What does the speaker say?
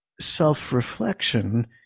self-reflection